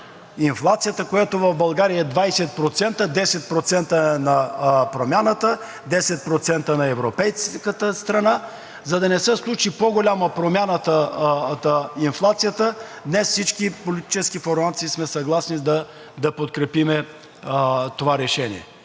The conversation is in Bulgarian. инфлацията, която в България е 20% – 10% е на Промяната, 10% на европейската страна, за да не се случи по-голяма промяна на инфлацията, днес всички политически формации сме съгласни да подкрепим това решение.